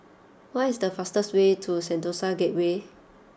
what is the fastest way to Sentosa Gateway